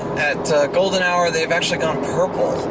at golden hour, they've actually gone purple.